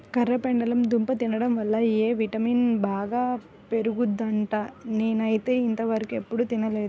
కర్రపెండలం దుంప తింటం వల్ల ఎ విటమిన్ బాగా పెరుగుద్దంట, నేనైతే ఇంతవరకెప్పుడు తినలేదు